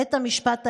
בית המשפט העליון.